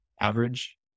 average